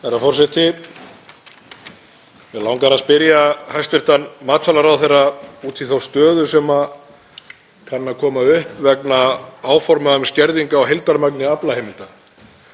Herra forseti. Mig langar að spyrja hæstv. matvælaráðherra út í þá stöðu sem kann að koma upp vegna áforma um skerðingu á heildarmagni aflaheimilda